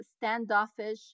standoffish